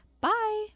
Bye